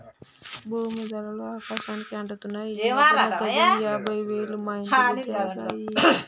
భూమీ ధరలు ఆకాశానికి అంటుతున్నాయి ఈ మధ్యన గజం యాభై వేలు మా ఇంటి జాగా అయ్యే